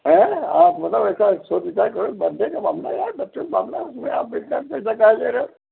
हें आप मतलब ऐसा सोच विचार करो बड्डे का मामला है यार बच्चों का मामला है उसमें आप इतना पैसा काहे ले रहे हो